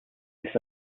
ist